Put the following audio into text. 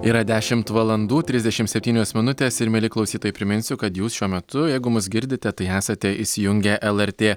yra dešimt valandų trisdešimt septynios minutės ir mieli klausytojai priminsiu kad jūs šiuo metu jeigu mus girdite tai esate įsijungę lrt